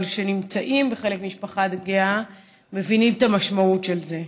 אבל כשנמצאים כחלק ממשפחה גאה מבינים את המשמעות של זה.